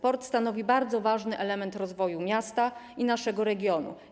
Port stanowi bardzo ważny element rozwoju miasta i naszego regionu.